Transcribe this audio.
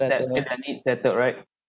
set get your need settled right